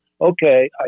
Okay